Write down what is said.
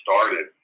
started